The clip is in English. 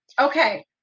Okay